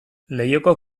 leihoko